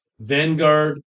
Vanguard